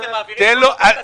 אתם מעבירים --- תקציב.